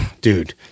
dude